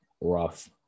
rough